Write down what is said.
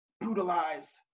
brutalized